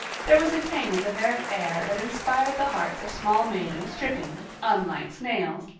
there was a tang in the very air that inspired the hearts of small maidens tripping, unlike snails,